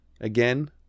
again